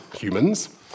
humans